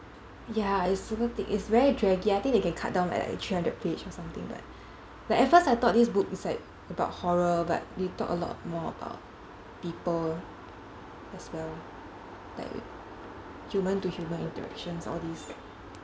ya it's super thick it's very draggy I think they can cut down like three hundred page or something like like at first I thought this book is like about horror but they talk a lot more about people as well like h~ human to human interactions all this